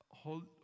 Hold